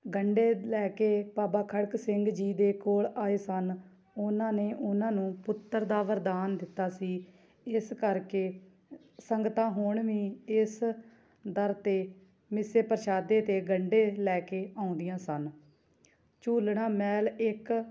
ਗੰਢੇ ਲੈ ਕੇ ਬਾਬਾ ਖੜਕ ਸਿੰਘ ਜੀ ਦੇ ਕੋਲ ਆਏ ਸਨ ਉਹਨਾਂ ਨੇ ਉਹਨਾਂ ਨੂੰ ਪੁੱਤਰ ਦਾ ਵਰਦਾਨ ਦਿੱਤਾ ਸੀ ਇਸ ਕਰਕੇ ਸੰਗਤਾਂ ਹੁਣ ਵੀ ਇਸ ਦਰ 'ਤੇ ਮਿੱਸੇ ਪ੍ਰਸ਼ਾਦੇ ਅਤੇ ਗੰਢੇ ਲੈ ਕੇ ਆਉਂਦੀਆਂ ਸਨ ਝੂਲਣਾ ਮਹਿਲ ਇਕ